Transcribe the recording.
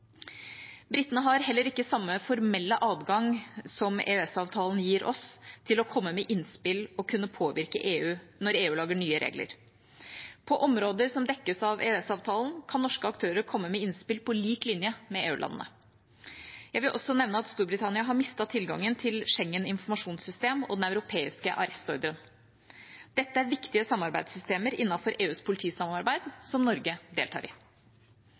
Britene har heller ikke samme formelle adgang som EØS-avtalen gir oss, til å komme med innspill og kunne påvirke når EU lager nye regler. På områder som dekkes av EØS-avtalen, kan norske aktører komme med innspill på lik linje med EU-landene. Jeg vil også nevne at Storbritannia har mistet tilgangen til Schengen informasjonssystem og den europeiske arrestordren. Dette er viktige samarbeidssystemer innenfor EUs politisamarbeid, som Norge deltar i.